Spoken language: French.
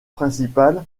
principal